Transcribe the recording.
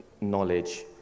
knowledge